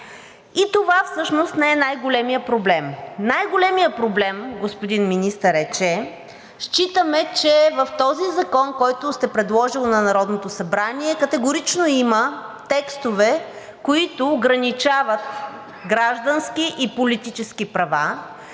И това всъщност не е най-големият проблем. Най-големият проблем, господин Министър е, че считаме, че в този закон, който сте предложили на Народното събрание, категорично има текстове, които ограничават граждански и политически права,